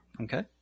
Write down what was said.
okay